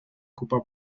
ocupa